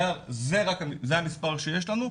זה המספר שיש לנו,